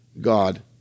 God